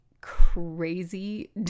crazy